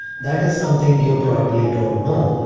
that is something you probably don't know,